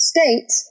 States